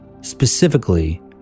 Specifically